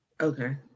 Okay